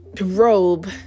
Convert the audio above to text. robe